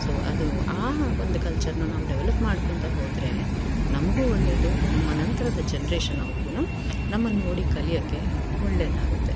so ಅದು ಆ ಒಂದು ಕಲ್ಚರ್ನ ನಾವು ಡೆವಲಪ್ ಮಾಡ್ಕೊತ ಹೋದರೆ ನಮಗು ಒಳ್ಳೇದು ನಮ್ಮ ನಂತರದ ಜನ್ರೇಷನ್ ಅವ್ರಿಗು ನಮ್ಮನ್ನು ನೋಡಿ ಕಲಿಯೋಕೆ ಒಳ್ಳೇದಾಗುತ್ತೆ